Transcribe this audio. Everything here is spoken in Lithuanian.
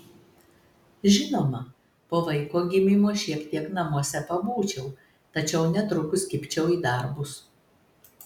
žinoma po vaiko gimimo šiek tiek namuose pabūčiau tačiau netrukus kibčiau į darbus